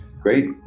Great